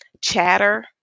chatter